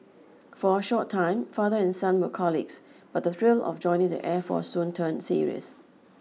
for a short time father and son were colleagues but the thrill of joining the air force soon turned serious